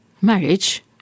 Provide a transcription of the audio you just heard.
marriage